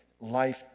life